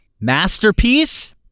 masterpiece